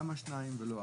למה שתיים ולא ארבע?